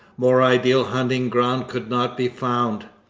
more ideal hunting ground could not be found.